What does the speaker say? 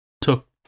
took